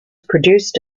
produced